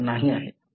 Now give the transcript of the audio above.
उत्तर नाही आहे